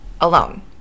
alone